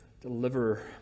deliver